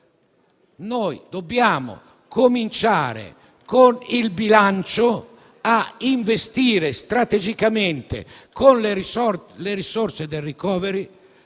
Noi dobbiamo cominciare, con il bilancio, a investire strategicamente, con le risorse del *recovery